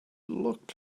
looked